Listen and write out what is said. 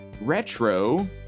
retro